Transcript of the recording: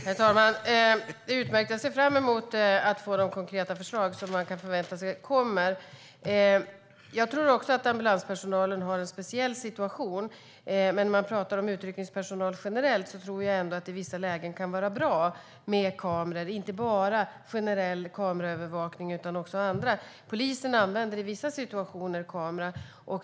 Herr talman! Det är utmärkt. Jag ser fram emot att få de konkreta förslag som man kan förvänta sig kommer. Jag tror också att ambulanspersonalen har en speciell situation. Men när man pratar om uttryckningspersonal generellt tror jag att det i vissa lägen kan vara bra med kameror, inte bara generell kameraövervakning utan också annat. Polisen använder i vissa situationer kamera.